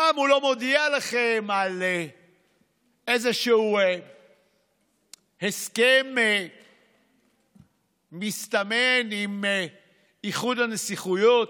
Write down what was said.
פעם הוא לא מודיע לכם על איזשהו הסכם מסתמן עם איחוד הנסיכויות,